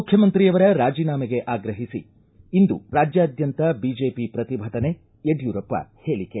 ಮುಖ್ಯಮಂತ್ರಿಯವರ ರಾಜಿನಾಮೆಗೆ ಆಗ್ರಹ ಇಂದು ರಾಜ್ಯಾದ್ದಂತ ಬಿಜೆಪಿ ಪ್ರತಿಭಟನೆ ಯಡ್ಬೂರಪ್ಪ ಹೇಳಿಕೆ